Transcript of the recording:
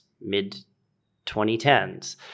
mid-2010s